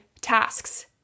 tasks